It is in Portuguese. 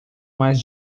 mais